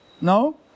no